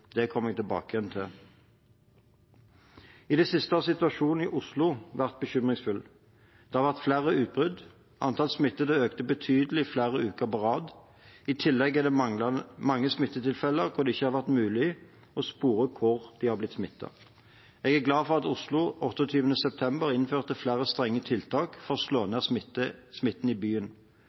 Det kommer jeg tilbake til. I det siste har situasjonen i Oslo vært bekymringsfull. Det har vært flere utbrudd. Antall smittede økte betydelig flere uker på rad. I tillegg er det mange smittetilfeller hvor det ikke har vært mulig å spore hvor man er blitt smittet. Jeg er glad for at Oslo 28. september innførte flere strenge tiltak for å slå ned smitten i byen.